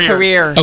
Career